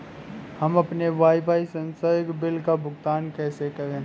हम अपने वाईफाई संसर्ग बिल का भुगतान कैसे करें?